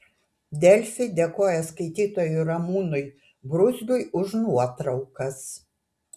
delfi dėkoja skaitytojui ramūnui bruzgiui už nuotraukas